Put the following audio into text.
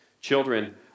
Children